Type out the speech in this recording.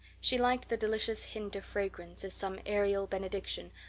she liked the delicious hint of fragrance, as some aerial benediction,